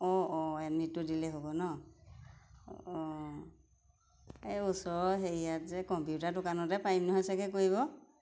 অঁ অঁ এডমিটটো দিলেই হ'ব ন অঁ এই ওচৰৰ হেৰিয়াত যে কম্পিউটাৰ দোকানতে পাৰিম নহয় চাগে কৰিব